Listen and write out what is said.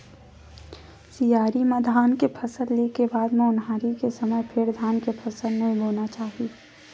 सियारी म धान के फसल ले के बाद म ओन्हारी के समे फेर धान के फसल नइ बोना चाही